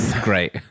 great